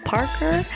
Parker